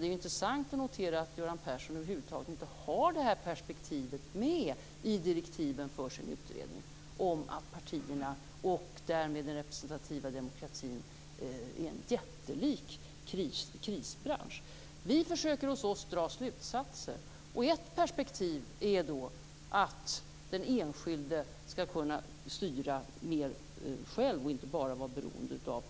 Det är intressant att notera att Göran Persson över huvud taget inte har det här perspektivet om att partierna och därmed den representativa demokratin är en jättelik krisbransch med i direktiven för sin utredning. Hos oss försöker vi dra slutsatser. Ett perspektiv är då att den enskilde skall kunna styra mer själv och inte bara vara beroende av